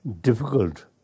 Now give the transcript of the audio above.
difficult